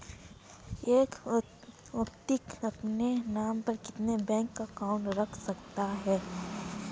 एक व्यक्ति अपने नाम पर कितने बैंक अकाउंट रख सकता है?